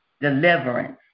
deliverance